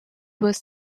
was